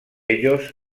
ellos